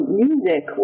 music